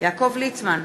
יעקב ליצמן,